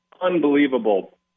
unbelievable